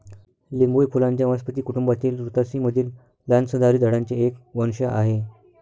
लिंबू हे फुलांच्या वनस्पती कुटुंबातील रुतासी मधील लहान सदाहरित झाडांचे एक वंश आहे